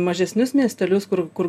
mažesnius miestelius kur kur